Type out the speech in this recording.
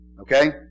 Okay